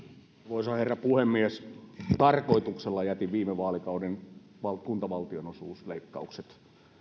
arvoisa herra puhemies tarkoituksella jätin viime vaalikauden kuntien valtionosuusleikkaukset